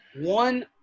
one